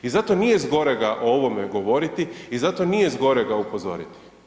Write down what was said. I zato nije zgorega o ovome govoriti i zato nije zgorega upozoriti.